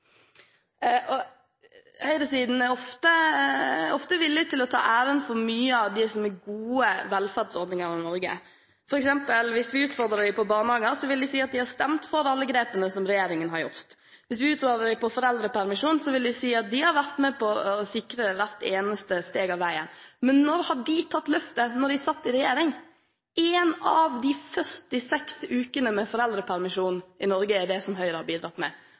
barnehageplass? Høyresiden er ofte villig til å ta æren for mye av det som er gode velferdsordninger i Norge, men hvis vi f.eks. utfordrer dem på barnehager, vil de si at de har stemt for alle grepene som regjeringen har gjort. Hvis vi utfordrer dem på foreldrepermisjon, vil de si at de har vært med på å sikre hvert eneste steg på veien. Men når har de tatt løftet når de har sittet i regjering? Én av de 46 ukene med foreldrepermisjon i Norge er det som Høyre har bidratt med.